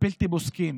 הבלתי-פוסקים